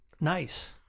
Nice